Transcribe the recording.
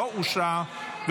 לא נתקבלה.